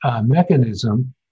mechanism